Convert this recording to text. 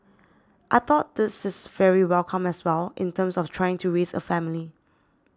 I thought this is very welcome as well in terms of trying to raise a family